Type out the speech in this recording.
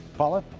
paula